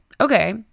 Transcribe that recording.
Okay